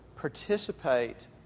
participate